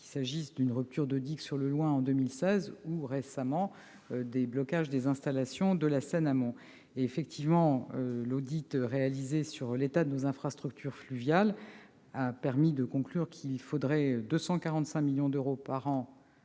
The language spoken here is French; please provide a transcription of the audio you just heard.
Je pense à la rupture de digue sur le Loing en 2016 ou aux blocages récents des installations de la Seine amont. Effectivement, l'audit réalisé sur l'état de nos infrastructures fluviales a permis de conclure qu'il faudrait 245 millions d'euros par an